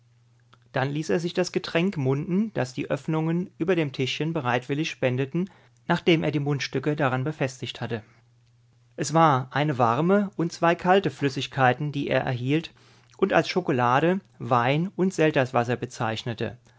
dann ließ er sich das getränk munden das die öffnungen über dem tischchen bereitwillig spendeten nachdem er die mundstücke daran befestigt hatte es war eine warme und zwei kalte flüssigkeiten die er erhielt und als schokolade wein und selterswasser bezeichnete